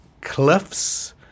Cliff's